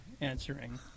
answering